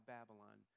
Babylon